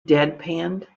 deadpanned